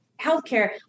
healthcare